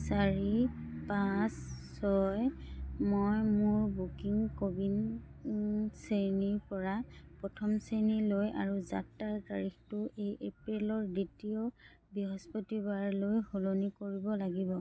চাৰি পাঁচ ছয় মই মোৰ বুকিং ক'বিন শ্ৰেণীৰ পৰা প্ৰথম শ্ৰেণী লৈ আৰু যাত্ৰাৰ তাৰিখটো এই এপ্ৰিলৰ দ্বিতীয় বৃহস্পতিবাৰ লৈ সলনি কৰিব লাগিব